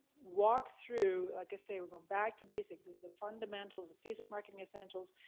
walk through, like i say, we're going back to basics, it's the fundamentals, the facebook marketing essentials.